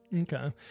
Okay